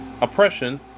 oppression